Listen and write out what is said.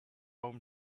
palm